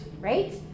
Right